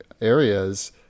areas